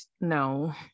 no